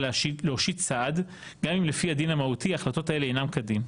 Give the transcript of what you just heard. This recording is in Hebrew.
להושיט סעד גם אם לפי הדין המהותי ההחלטות האלה אינן כדין.